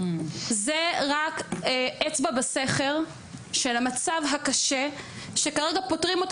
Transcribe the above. זה רק אצבע בסכר של המצב הקשה שכרגע פותרים אותו